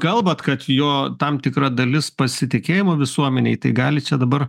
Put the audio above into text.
kalbat kad jo tam tikra dalis pasitikėjimo visuomenėj tai gali čia dabar